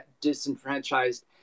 disenfranchised